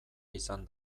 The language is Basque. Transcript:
izan